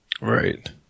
Right